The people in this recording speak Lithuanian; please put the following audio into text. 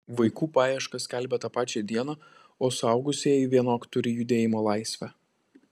vaikų paiešką skelbia tą pačią dieną o suaugusieji vienok turi judėjimo laisvę